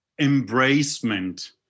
embracement